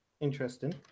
Interesting